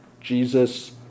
jesus